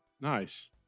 nice